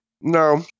No